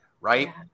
right